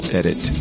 edit